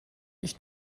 ich